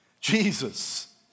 Jesus